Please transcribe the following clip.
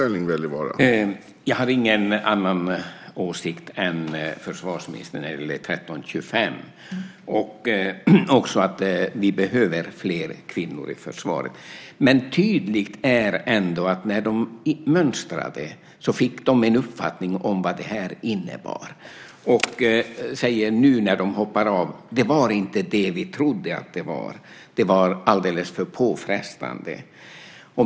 Herr talman! Jag har ingen annan åsikt än försvarsministern när det gäller 1325 och att vi behöver fler kvinnor i försvaret. Det är ändå tydligt att kvinnorna när de mönstrade fick en uppfattning om vad det här innebar. När de nu hoppar av säger de: Det var inte det vi trodde att det var. Det var alldeles för påfrestande.